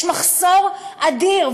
יש מחסור אדיר,